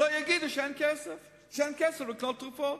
שלא יגידו שאין כסף לקנות תרופות.